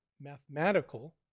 mathematical